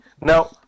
Now